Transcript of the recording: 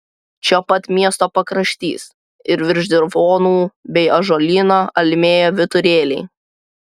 čia pat miesto pakraštys ir virš dirvonų bei ąžuolyno almėjo vyturėliai